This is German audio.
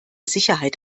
sicherheit